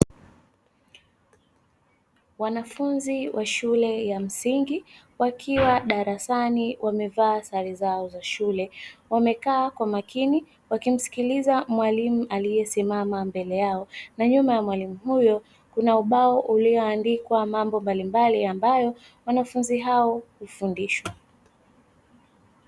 Wanafunzi wa shule ya msingi wakiwa darasani wamevaa sare zao za shule, wamekaa kwa makini wakimsikiliza mwalimu aliyesimama mbele yao; na nyuma ya mwalimu huyo kuna ubao ulioandikwa mambo mbalimbali ambayo wanafunzi hao hufundishwa.